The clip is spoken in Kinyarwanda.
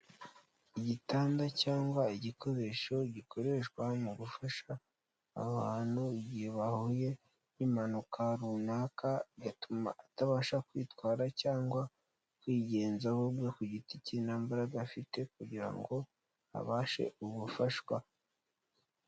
Igitanda cyangwa igikoresho gikoreshwa mu gufasha abantu igihe bahuye n'impanuka runaka, bigatuma atabasha kwitwara cyangwa kwigenzaho no ku giti cye nta mbaraga afite kugira ngo abashe ubufashwa.